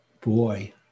boy